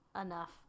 enough